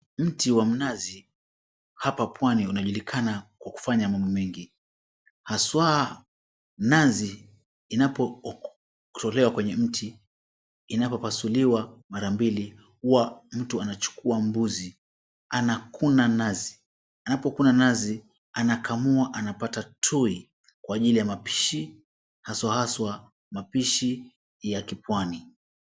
Mti wa mnazi hapa pwani unajulikana kwa kufanya mambo mengi haswa nazi inapotolewa kwenye mti, inapopasuliwa mara mbili huwa mtu anachukuwa mbuzi anakuna nazi, anapokuna nazi anakamua anapata tui kwa ajili ya mapishi haswa haswa mapishi ya kipwani.